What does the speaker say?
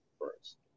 first